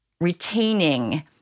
retaining